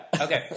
Okay